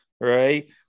right